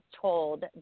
told